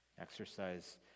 Exercise